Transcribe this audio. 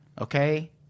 okay